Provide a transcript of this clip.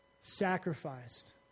sacrificed